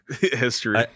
history